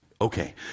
Okay